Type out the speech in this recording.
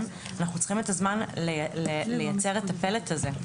אנחנו צריכים את הזמן לייצר את הפלט הזה,